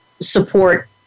support